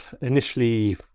Initially